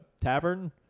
Tavern